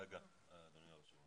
אדוני היושב ראש,